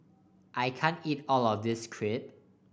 I can't eat all of this Crepe